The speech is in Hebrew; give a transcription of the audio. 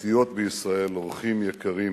הדתיות בישראל, אורחים יקרים,